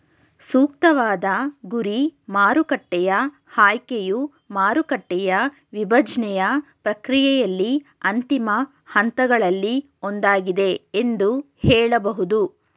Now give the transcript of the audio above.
ಸೂಕ್ತವಾದ ಗುರಿ ಮಾರುಕಟ್ಟೆಯ ಆಯ್ಕೆಯು ಮಾರುಕಟ್ಟೆಯ ವಿಭಜ್ನೆಯ ಪ್ರಕ್ರಿಯೆಯಲ್ಲಿ ಅಂತಿಮ ಹಂತಗಳಲ್ಲಿ ಒಂದಾಗಿದೆ ಎಂದು ಹೇಳಬಹುದು